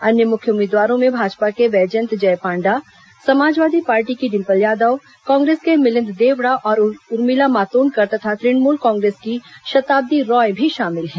अन्य मुख्य उम्मीदवारों में भाजपा के बैजयंत जय पांडा समाजवादी पार्टी की डिम्पल यादव कांग्रेस के मिलिंद देवड़ा और उर्मिला मातोंडकर तथा तुणमूल कांग्रेस की शताब्दी राय भी शामिल हैं